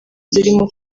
zirimo